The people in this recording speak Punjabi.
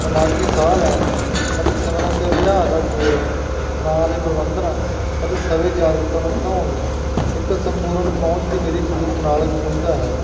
ਦਿਮਾਗੀ ਸਾਹ ਲੈਣ ਅਤੇ ਸਿਮਰਨ ਅਤੇ ਅਭਿਆਸ ਦਾ ਜ਼ੋਰ ਤਣਾਅ ਦੇ ਪ੍ਰਬੰਧਨ ਅਤੇ ਸਵੈ ਜਾਗਰੂਕਤਾ ਨੂੰ ਵਧਾਉਣ ਲਈ ਇੱਕ ਸੰਪੂਰਨ ਪਹੁੰਚ ਦੀ ਮੇਰੀ ਜ਼ਰੂਰਤ ਨਾਲ ਗੂੰਜਦਾ ਹੈ